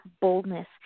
boldness